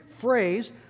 phrase